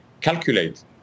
calculate